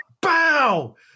Bow